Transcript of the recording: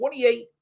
28